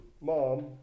Mom